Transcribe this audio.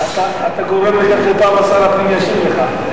אתה גורם לכך, שר הפנים ישיב לך.